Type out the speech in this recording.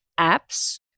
apps